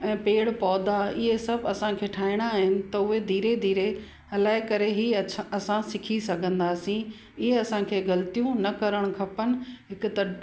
ऐं पेड़ पौधा इहे सभु असांखे ठाहिणा आहिनि त उहे धीरे धीरे हलाए करे ई अच्छा असां सिखी सघंदासीं इअं असांखे ग़लतियूं न करण खपेनि हिकु त